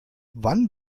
wann